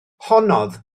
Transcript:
honnodd